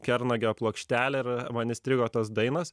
kernagio plokštelę ir man įstrigo tos dainos